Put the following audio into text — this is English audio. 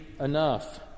enough